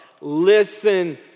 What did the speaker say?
Listen